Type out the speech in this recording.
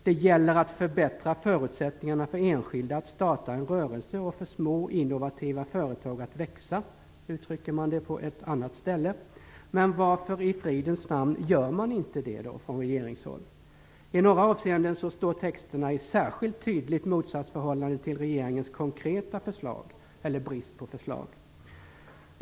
"Det gäller att förbättra förutsättningar för enskilda att starta en rörelse och för små innovativa företag att växa", uttrycker man det på ett annat ställe. Men varför i fridens namn gör man då inte det, från regeringshåll? I några avseenden står texterna i särskilt tydligt motsatsförhållande till regeringens konkreta förslag, eller brist på förslag.